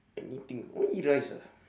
anything I want to eat rice ah